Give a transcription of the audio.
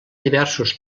diversos